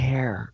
Hair